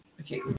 Okay